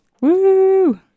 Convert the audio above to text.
Woo